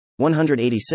186